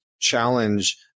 challenge